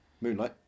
Moonlight